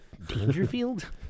Dangerfield